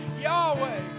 Yahweh